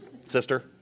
sister